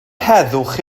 heddwch